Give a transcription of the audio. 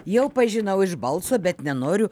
jau pažinau iš balso bet nenoriu